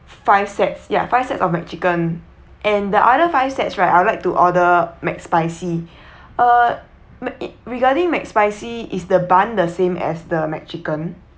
f~ five sets ya five sets of mac chicken and the other five sets right I would like to order mac spicy uh ma~ it regarding mac spicy is the bun the same as the mac chicken